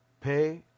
pay